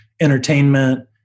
entertainment